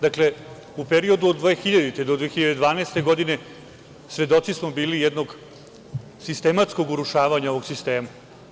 Dakle, u periodu od 2000. do 2012. godine svedoci smo bili jednog sistematskog urušavanja ovog sistema.